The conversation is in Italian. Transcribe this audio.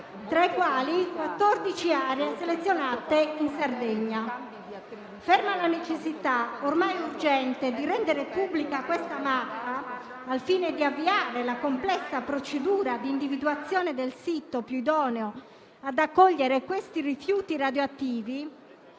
tra i quali 14 aree selezionate in Sardegna. Ferma la necessità, ormai urgente, di rendere pubblica questa mappa, al fine di avviare la complessa procedura di individuazione del sito più idoneo ad accogliere questi rifiuti radioattivi